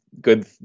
good